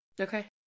okay